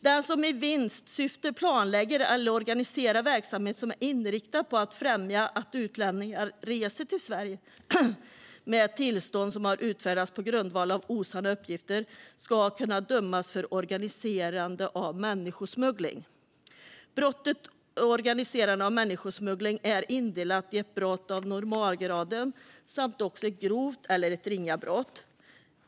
Den som i vinstsyfte planlägger eller organiserar verksamhet som är inriktad på att främja att utlänningar reser till Sverige med tillstånd som har utfärdats på grundval av osanna uppgifter ska kunna dömas för organiserande av människosmuggling. Brottet organiserande av människosmuggling är indelat i ett brott av normalgraden samt ett grovt och ett ringa brott.